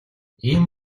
ийм